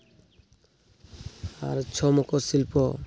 ᱟᱨ ᱪᱷᱳ ᱞᱳᱠᱚ ᱥᱤᱞᱯᱚ